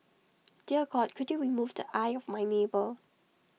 dear God could you remove the eye of my neighbour